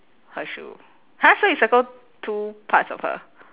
her shoe !huh! so you circle two parts of her